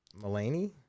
Mulaney